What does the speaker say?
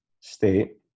state